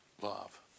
love